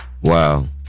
Wow